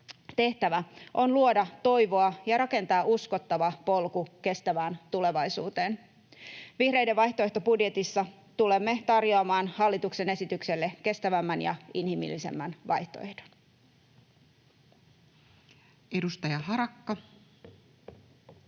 tehtävä on luoda toivoa ja rakentaa uskottava polku kestävään tulevaisuuteen. Vihreiden vaihtoehtobudjetissa tulemme tarjoamaan hallituksen esitykselle kestävämmän ja inhimillisemmän vaihtoehdon. [Speech 476]